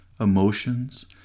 emotions